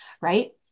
right